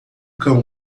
cão